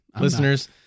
listeners